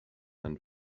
and